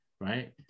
right